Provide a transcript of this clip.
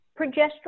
progesterone